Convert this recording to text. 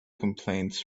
complaints